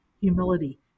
humility